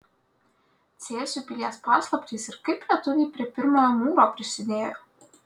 cėsių pilies paslaptys ir kaip lietuviai prie pirmojo mūro prisidėjo